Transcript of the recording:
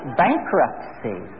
bankruptcy